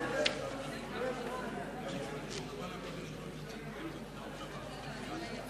הגשנו הצעת חוק שקראנו לה הצעת חוק למיגור תופעת ההשמנה בקרב בני נוער.